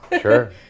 Sure